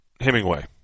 Hemingway